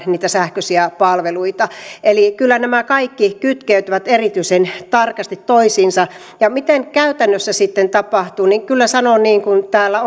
niitä sähköisiä palveluita eli kyllä nämä kaikki kytkeytyvät erityisen tarkasti toisiinsa siitä miten sitten käytännössä tapahtuu kyllä sanon niin kun täällä